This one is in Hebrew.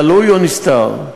גלוי או נסתר.